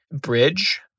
bridge